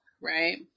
right